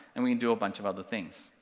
and we can do a bunch of other things.